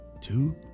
two